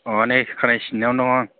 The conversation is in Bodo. अ नै खानाय सिन्नायावनो दं आं